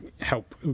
help